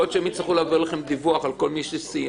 יכול להיות שהם יצטרכו להעביר לכם דיווח על כל מי שסיים.